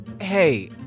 Hey